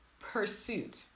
pursuit